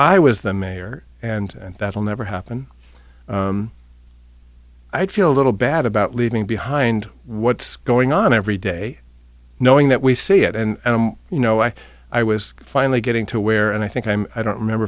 i was the mayor and that will never happen i feel a little bad about leaving behind what's going on every day knowing that we see it and you know and i was finally getting to where and i think i'm i don't remember